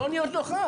לא להיות נוכח.